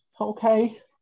Okay